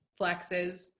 flexes